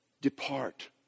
Depart